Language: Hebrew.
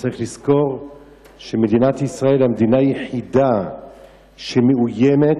צריך לזכור שמדינת ישראל היא המדינה היחידה בעולם שמאוימת